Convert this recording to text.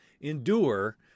endure